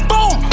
Boom